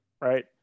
right